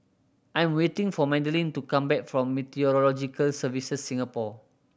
I am waiting for Madelene to come back from Meteorological Services Singapore